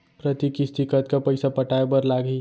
प्रति किस्ती कतका पइसा पटाये बर लागही?